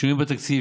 שינויים בתקציב,